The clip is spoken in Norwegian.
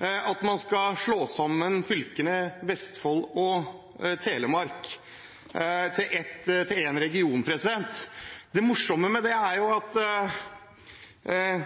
at man skal slå sammen fylkene Vestfold og Telemark til én region. Det morsomme med det er jo at